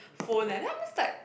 phone leh then I'm just like